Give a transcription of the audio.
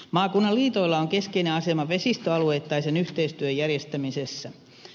maakunnan liitoilla on keskeinen asema vesistöalueittaisen yhteistyön järjestämisessä